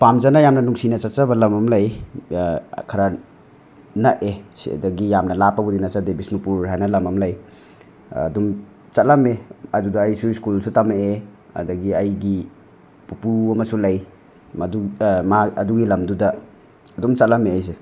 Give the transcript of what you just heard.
ꯄꯥꯝꯖꯅ ꯌꯥꯝꯅ ꯅꯨꯡꯁꯤꯅ ꯆꯠꯆꯕ ꯂꯝ ꯑꯃ ꯂꯩ ꯈꯔ ꯅꯛꯑꯦ ꯁꯤꯗꯒꯤ ꯌꯥꯝꯅ ꯂꯥꯞꯄꯕꯨꯗꯤ ꯅꯠꯆꯗꯦ ꯕꯤꯁꯅꯨꯄꯨꯔ ꯍꯥꯏꯅ ꯂꯝ ꯑꯃ ꯂꯩ ꯑꯗꯨꯝ ꯆꯠꯂꯝꯃꯦ ꯑꯗꯨꯗ ꯑꯩꯁꯨ ꯁ꯭ꯀꯨꯜꯁꯨ ꯇꯝꯃꯛꯑꯦ ꯑꯗꯒꯤ ꯑꯩꯒꯤ ꯄꯨꯄꯨ ꯑꯃꯁꯨ ꯂꯩ ꯃꯗꯨ ꯃꯥ ꯑꯗꯨꯒꯤ ꯂꯝꯗꯨꯗ ꯑꯗꯨꯝ ꯆꯠꯂꯝꯃꯦ ꯑꯩꯁꯦ